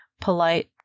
polite